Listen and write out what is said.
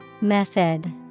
Method